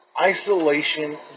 Isolation